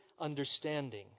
understanding